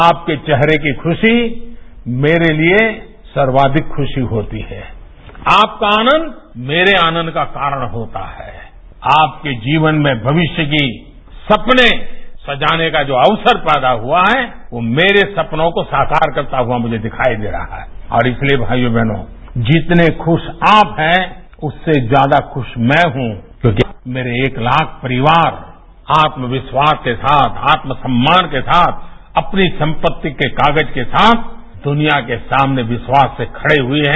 आपके चेहरे की खुशी मेरे लिए सर्वाधिक खुशी होती है आपका आनंद मेरे आनंद का कारण होता है आपके जीवन में भविष्य के सपने सजाने का जो अवसर पैदा हुआ है वह मेरे सपनों को साकार करता हुआ मुझे दिखाई दे रहा है और इसलिए भाइयो बहनो जितने खुश हैं उससे ज्यादा खुश मैं हूं क्योंकि आज मेरे एक ताख परिवार आत्मविश्वास के साथ आत्म सम्मान के साथ अपनी संपत्ति के कागज के साथ दुनिया के सामने विश्वास से खड़े हुए हैं